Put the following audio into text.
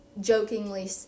jokingly